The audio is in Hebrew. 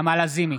נעמה לזימי,